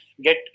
get